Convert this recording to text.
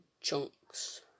chunks